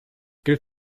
gilt